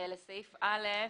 לסעיף (א).